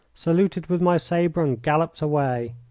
saluted with my sabre, and galloped away.